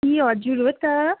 ए हजुर हो त